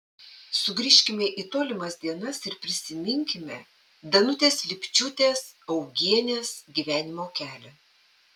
sugrįžkime į tolimas dienas ir prisiminkime danutės lipčiūtės augienės gyvenimo kelią